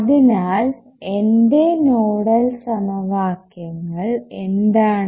അതിനാൽ എന്റെ നോഡൽ സമവാക്യങ്ങൾ എന്താണ്